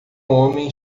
homem